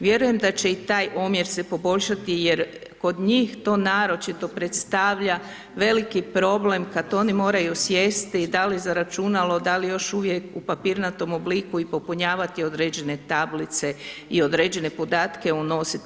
Vjerujem da će i taj omjer se poboljšati jer kod njih to naročito predstavlja veliki problem kad oni moraju sjesti da li za računalo, da li još uvijek u papirnatom obliku i popunjavati određene tablice i određene podatke unositi.